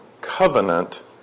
covenant